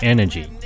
Energy (